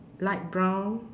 light brown